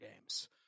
Games